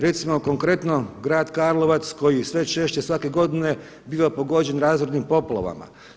Recimo konkretno, grad Karlovac koji sve češće svake godine biva pogođen razornim poplavama.